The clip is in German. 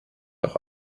auch